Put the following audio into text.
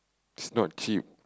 it's not cheap